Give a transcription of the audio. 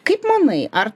kaip manai ar